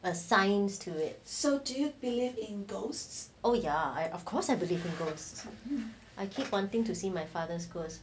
a science to it oh ya I of course I believe in ghosts I keep wanting to see my father's ghost